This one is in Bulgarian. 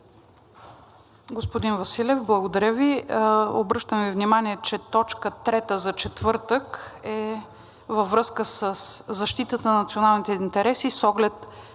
Господин Василев, благодаря Ви. Обръщам Ви внимание, че точка трета за четвъртък е във връзка със защитата на националните интереси с оглед